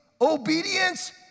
Obedience